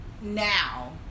now